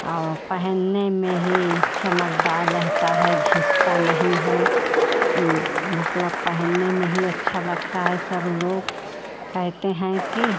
और पहनने में ही चमकदार रहता है घिसता नहीं है मतलब पहनने में ही अच्छा लगता है सब लोग कहते हैं कि